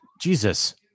Jesus